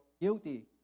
guilty